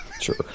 Sure